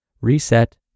reset